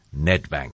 Nedbank